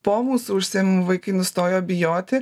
po mūsų užsiėmimų vaikai nustojo bijoti